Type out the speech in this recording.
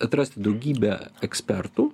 atrasti daugybę ekspertų